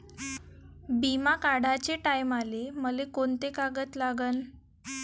बिमा काढाचे टायमाले मले कोंते कागद लागन?